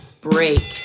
break